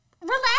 relax